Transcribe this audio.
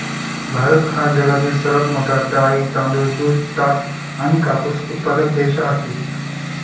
भारत हा जगातील सर्वात मोठा डाळी, तांदूळ, दूध, ताग आणि कापूस उत्पादक देश आहे